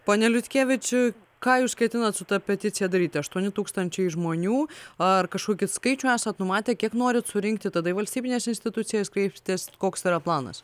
ponia liutkievič ką jūs ketinat su ta peticija daryti aštuoni tūkstančiai žmonių ar kažkokį skaičių esat numatę kiek norit surinkti tada į valstybines institucijas kreipsitės koks yra planas